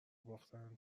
باختن